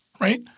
right